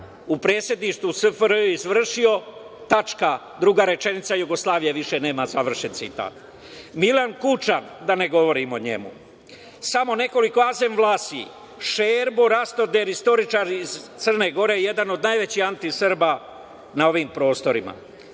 u predsedništvu SFRJ izvršio. Jugoslavije više nema“, završen citat. Milan Kučav, da ne govorim o njemu. Samo nekoliko Azem Vlasi, Šerbo Rastaoder, istoričar iz Crne Gore, jedan od najvećih anti-Srba na ovim prostorima.